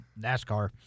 NASCAR